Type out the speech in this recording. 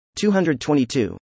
222